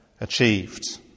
achieved